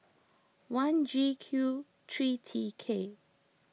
one G Q three T K